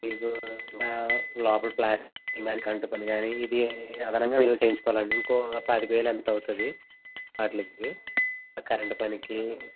మీకు లోపల ప్లాస్టరింగ్ కానీ కరంట్ పని కానీ ఇది అదనంగా మీరు చేయించుకోవాలి అండి ఇంకో పాతిక వేలు ఎంతో అవుతుంది వాటికి కరంట్ పనికి